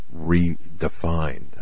redefined